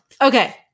okay